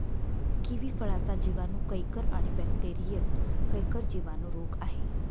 kiwi फळाचा जिवाणू canker आणि बॅक्टेरीयल कैंकर जिवाणू रोग आहे